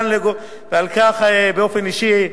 על כך, באופן אישי,